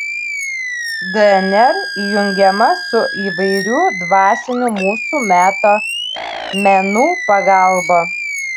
dnr įjungiama su įvairių dvasinių mūsų meto menų pagalba